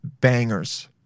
bangers